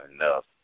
enough